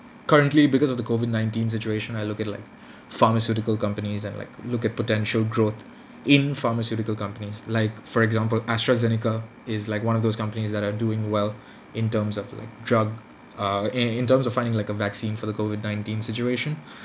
currently because of the COVID nineteen situation I look at like pharmaceutical companies and like look at potential growth in pharmaceutical companies like for example AstraZeneca is like one of those companies that are doing well in terms of like drug err in in terms of finding like a vaccine for the COVID nineteen situation